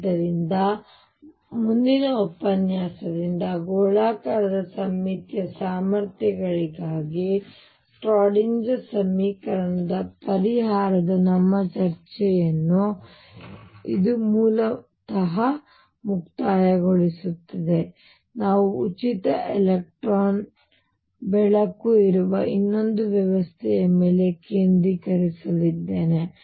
ಆದ್ದರಿಂದ ಮುಂದಿನ ಉಪನ್ಯಾಸದಿಂದ ಗೋಳಾಕಾರದ ಸಮ್ಮಿತೀಯ ಸಾಮರ್ಥ್ಯಗಳಿಗಾಗಿ ಶ್ರೋಡಿಂಗರ್Schrödinger ಸಮೀಕರಣದ ಪರಿಹಾರದ ನಮ್ಮ ಚರ್ಚೆಯನ್ನು ಇದು ಮೂಲತಃ ಮುಕ್ತಾಯಗೊಳಿಸುತ್ತದೆ ನಾನು ಉಚಿತ ಎಲೆಕ್ಟ್ರಾನ್ ಬೆಳಕು ಇರುವ ಇನ್ನೊಂದು ವ್ಯವಸ್ಥೆಯ ಮೇಲೆ ಕೇಂದ್ರೀಕರಿಸಲಿದ್ದೇನೆ